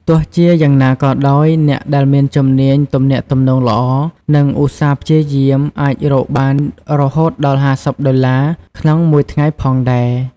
ទោះជាយ៉ាងណាក៏ដោយ អ្នកដែលមានជំនាញទំនាក់ទំនងល្អ និងឧស្សាហ៍ព្យាយាម អាចរកបានរហូតដល់ ៥០ ដុល្លារក្នុងមួយថ្ងៃផងដែរ។